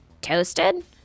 Toasted